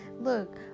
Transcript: Look